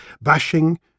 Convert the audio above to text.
bashing